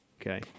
okay